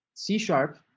C-sharp